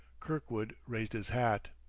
kirkwood raised his hat.